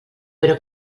però